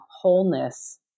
wholeness